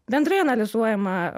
bendrai analizuojama